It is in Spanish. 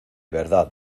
verdad